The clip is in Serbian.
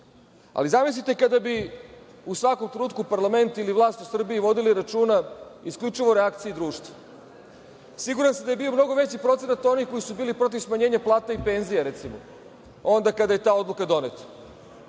Ali zamislite kada bi u svakom trenutku parlament ili vlast u Srbiji vodili računa isključivo o reakciji društva. Siguran sam da je bio mnogo veći procenat onih koji bili protiv smanjenja plata i penzija, recimo, onda kada je ta odluka doneta,